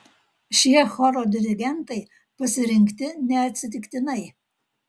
šie choro dirigentai pasirinkti neatsitiktinai